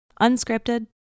Unscripted